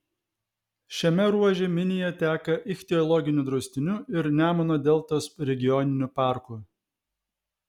šiame ruože minija teka ichtiologiniu draustiniu ir nemuno deltos regioniniu parku